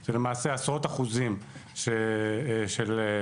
זה למעשה עשרות אחוזים של סבסוד.